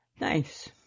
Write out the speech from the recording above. Nice